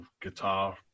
guitar